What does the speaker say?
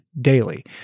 daily